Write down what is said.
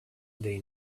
they